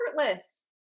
effortless